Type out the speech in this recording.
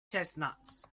chestnuts